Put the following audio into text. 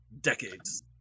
decades